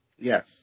Yes